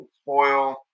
spoil